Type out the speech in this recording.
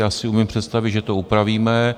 Já si umím představit, že to upravíme.